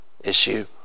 issue